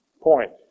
point